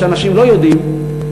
מה שאנשים לא יודעים,